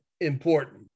important